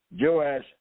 Joash